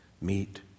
meet